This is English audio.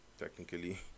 technically